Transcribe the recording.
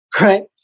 right